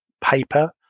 paper